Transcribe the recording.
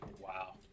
Wow